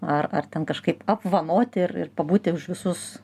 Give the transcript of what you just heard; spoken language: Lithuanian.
ar ar ten kažkaip apvanoti ir ir pabūti už visus